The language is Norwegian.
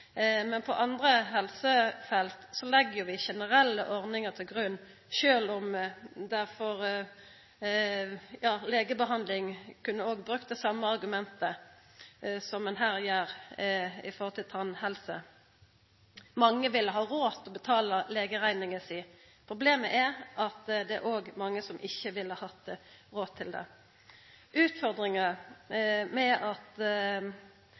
Men på andre helsefelt legg vi generelle ordningar til grunn, sjølv om ein kunne brukt det same argumentet når det gjeld legebehandling, som det ein her gjer når det gjeld tannhelse. Mange ville hatt råd til å betala legerekninga si. Problemet er at det òg er mange som ikkje ville hatt råd til det. Den utfordringa at